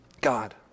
God